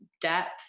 depth